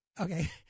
Okay